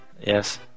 Yes